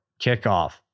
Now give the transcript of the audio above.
kickoff